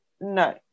no